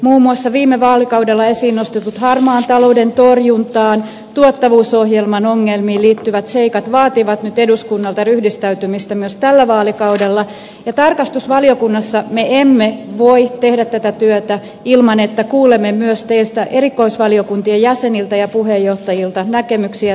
muun muassa viime vaalikaudella esiin nostetut harmaan talouden torjuntaan tuottavuusohjelman ongelmiin liittyvät seikat vaativat nyt eduskunnalta ryhdistäytymistä myös tällä vaalikaudella ja tarkastusvaliokunnassa me emme voi tehdä tätä työtä ilman että kuulemme myös teiltä erikoisvaliokuntien jäseniltä ja puheenjohtajilta näkemyksiä ja toiveita